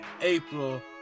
April